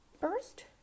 First